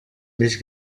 més